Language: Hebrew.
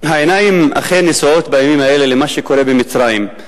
העיניים אכן נשואות בימים האלה למה שקורה במצרים,